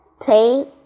play